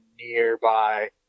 nearby